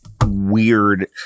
weird